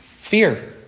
Fear